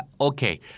Okay